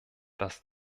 das